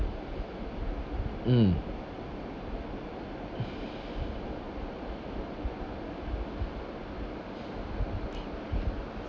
mm